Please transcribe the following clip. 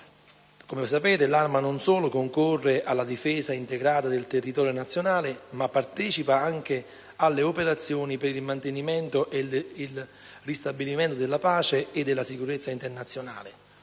Come sapete, l'Arma non solo concorre alla difesa integrata del territorio nazionale, ma partecipa anche alle operazioni per il mantenimento e il ristabilimento della pace e della sicurezza internazionale,